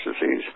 disease